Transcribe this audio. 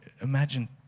Imagine